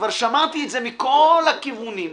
כבר שמעתי את זה מכל הכיוונים.